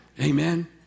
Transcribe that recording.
Amen